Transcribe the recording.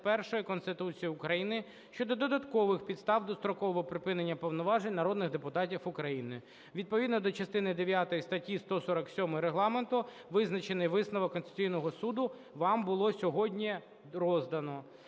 81 Конституції України (щодо додаткових підстав дострокового припинення повноважень народних депутатів України). Відповідно до частини дев'ятої статті 147 Регламенту визначений висновок Конституційного Суду вам було сьогодні роздано.